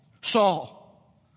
Saul